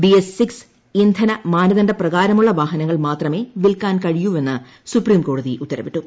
BS six ഇന്ധന മാനദണ്ഡ പ്രകാരമുള്ള വാഹനങ്ങൾ മാത്രമേ വിൽക്കാൻ കഴിയൂവെന്ന് സുപ്രീം കോടതി ഉത്തരവിട്ടു